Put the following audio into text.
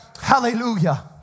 Hallelujah